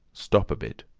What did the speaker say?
stop a bit,